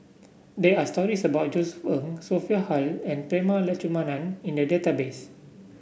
there are stories about Josef Ng Sophia Hull and Prema Letchumanan in the database